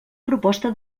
proposta